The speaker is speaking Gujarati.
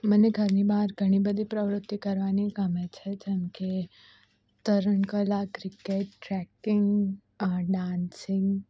મને ઘરની બહાર ઘણી બધી પ્રવૃતિ કરવાની ગમે છે જેમ કે તરણ કલા ક્રિકેટ ટ્રેકિંગ ડાન્સિંગ